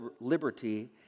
liberty